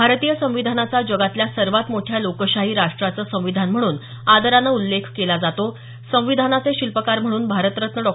भारतीय संविधानाचा जगातल्या सर्वात मोठ्या लोकशाही राष्ट्राचं संविधान म्हणून आदरानं उल्लेख केला जातो संविधानाचे शिल्पकार म्हणून भारतरत्न डॉ